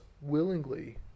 willingly